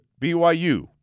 BYU